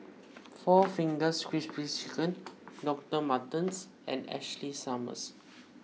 four Fingers Crispy Chicken Doctor Martens and Ashley Summers